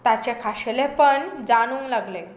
ताचें खाशेलेपन जाणूंक लागलें